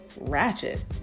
ratchet